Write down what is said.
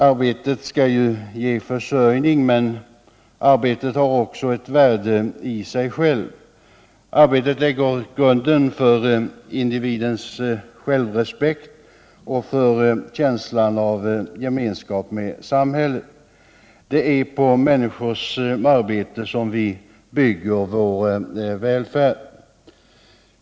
Arbetet skall ju ge försörjning, men det har också ett värde i sig självt; det lägger grunden för individens självrespekt och för känslan av gemenskap med samhället. Det är på människors arbete som vi bygger vår välfärd.